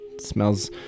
smells